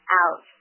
out